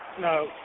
No